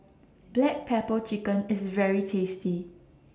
Black Pepper Chicken IS very tasty